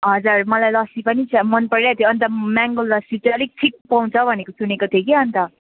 हजुर मलाई लस्सी पनि इच्छा मन परिरहेको थियो अन्त म्याङ्गो लस्सी चाहिँ अलिक थिक पाउँछ भनेको सुनेको थिएँ कि अन्त